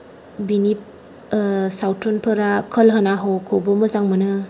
बिनि सावथुनफोरा कोल ह' ना ह'खौबो मोजां मोनो